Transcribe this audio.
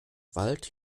wald